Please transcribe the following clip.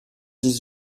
dix